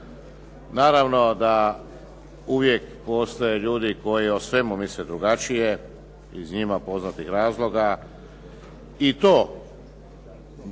Naravno da uvijek postoje ljudi koji o svemu misle drugačije iz njima poznatih razloga